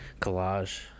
collage